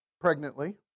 pregnantly